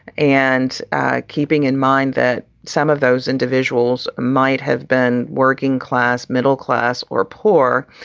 and keeping in mind that some of those individuals might have been working class, middle class or poor.